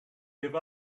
give